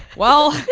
well,